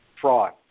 fraud